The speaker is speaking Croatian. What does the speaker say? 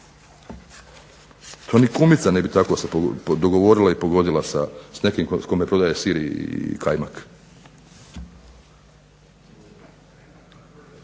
To ni kumica ne bi se tako dogovorila i pogodila s nekim s kim prodaje sir i kajmak.